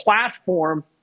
platform